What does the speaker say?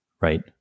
Right